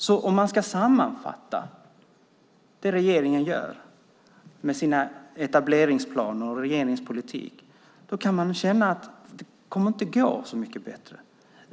För att sammanfatta det regeringen gör med sina etableringsplaner och sin politik kan man känna att det inte kommer att gå så mycket bättre.